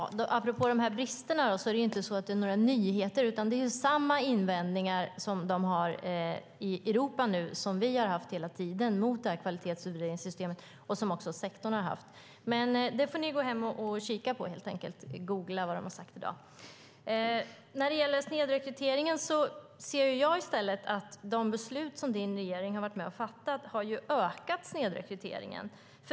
Fru talman! Detta med bristerna är ju inga nyheter. De invändningar som man nu har i Europa mot kvalitetsutvärderingssystemet är samma invändningar som vi har haft hela tiden och som också sektorn har haft. Detta får ni helt enkelt gå hem och kika på. Googla på vad de har sagt i dag. När det gäller snedrekryteringen ser jag i stället att de beslut som ditt parti i regeringen har varit med och fattat har ökat den.